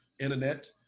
internet